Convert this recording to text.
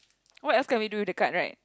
what else can we do with the card right